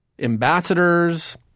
Ambassadors